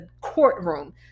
courtroom